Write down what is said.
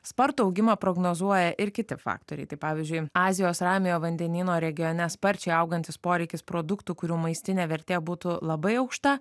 spartų augimą prognozuoja ir kiti faktoriai pavyzdžiui azijos ramiojo vandenyno regione sparčiai augantis poreikis produktų kurių maistinė vertė būtų labai aukšta